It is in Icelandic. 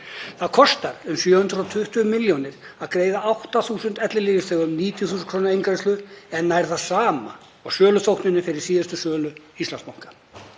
Það kostar um 720 milljónir að greiða 8.000 ellilífeyrisþegum 90.000 kr. eingreiðslu, sem er nær það sama og söluþóknun fyrir síðustu sölu Íslandsbanka.